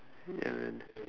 yeah